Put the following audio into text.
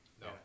No